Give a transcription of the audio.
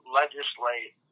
legislate